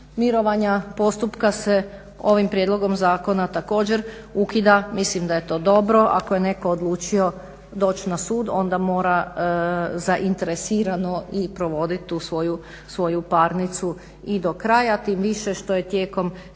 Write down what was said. mirovanja postupka se ovim prijedlogom zakona također ukida. Mislim da je to dobro. Ako je netko odlučio doći na sud onda mora zainteresirano i provoditi tu svoju parnicu i do kraja. Tim više što je tijekom cijelog